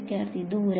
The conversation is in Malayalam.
വിദ്യാർത്ഥി ദൂരം